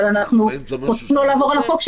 אבל אנחנו פשוט נעבור על החוק,